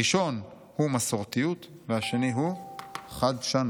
הראשון הוא מסורתיות והשני הוא חדשנות.